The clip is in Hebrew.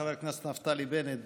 חבר הכנסת נפתלי בנט,